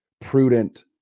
prudent